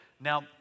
Now